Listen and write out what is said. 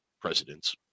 presidents